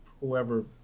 whoever